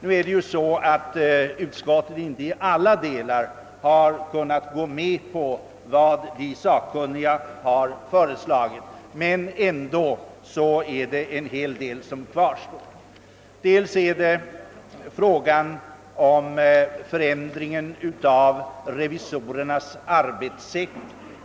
Utskottet har inte i alla delar kunnat gå med på de sakkunnigas förslag, men ändå kvarstår en hel del. Det gäller först frågan om förändringen av revisorernas arbetssätt.